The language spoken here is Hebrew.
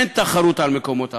אין תחרות על מקומות העבודה,